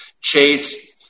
chase